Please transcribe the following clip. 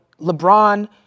LeBron